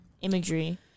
imagery